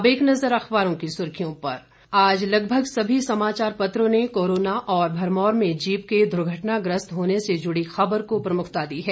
अब एक नज़र अखबारों की सुर्खियों पर आज लगभग सभी समाचार पत्रों ने कोरोना और भरमौर में जीप के दुर्घटनाग्रस्त होने से जुड़ी खबर को प्रमुखता दी है